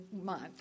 month